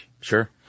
Sure